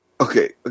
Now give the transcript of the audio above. Okay